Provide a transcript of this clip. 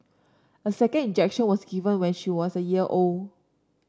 a second injection was given when she was a year old